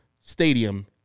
stadium